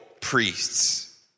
priests